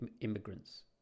immigrants